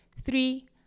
Three